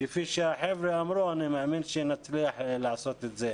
כפי שהחבר'ה אמרו, אני מאמין שנצליח לעשות את זה.